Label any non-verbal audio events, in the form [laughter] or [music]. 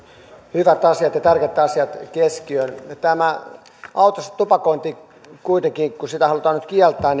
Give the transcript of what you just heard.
hyvät ja tärkeät asiat keskiöön tämä autossa tupakointi kuitenkin kun sitä halutaan nyt kieltää [unintelligible]